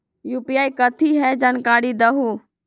UPI कथी है? जानकारी दहु